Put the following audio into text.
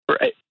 Right